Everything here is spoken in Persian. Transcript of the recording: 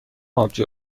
آبجو